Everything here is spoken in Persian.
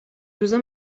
روزها